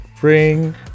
Bring